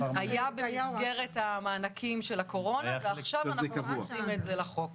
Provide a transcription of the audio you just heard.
היה במסגרת המענקים של הקורונה ועכשיו אנחנו מכניסים את זה לחוק.